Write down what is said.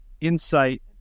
insight